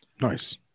Nice